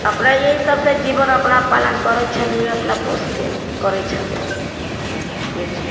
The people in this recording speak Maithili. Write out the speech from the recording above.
अपना एहि सबसे जीवन अपना पालन करइ छलिऐ अपना पोसके करइ छलिऐ